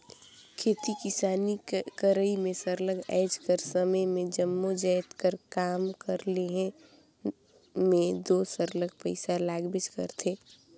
खेती किसानी करई में सरलग आएज कर समे में जम्मो जाएत कर काम कर लेहे में दो सरलग पइसा लागबेच करथे